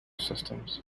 systems